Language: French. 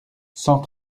cent